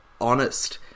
honest